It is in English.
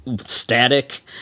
static